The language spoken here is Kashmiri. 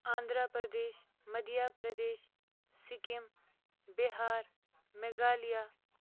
آندھرا پرٛدیش مٔدھیہ پرٛدیش سِکِم بِہار میٚگالیہ